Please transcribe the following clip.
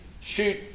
shoot